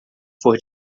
for